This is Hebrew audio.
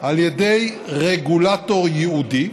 על ידי רגולטור ייעודי,